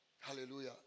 Hallelujah